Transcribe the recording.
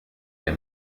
der